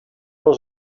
was